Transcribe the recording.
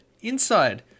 inside